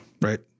right